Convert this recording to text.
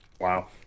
Wow